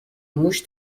موش